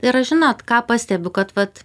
ir aš žinot ką pastebiu kad vat